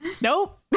Nope